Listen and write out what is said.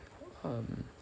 um